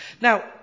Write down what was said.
now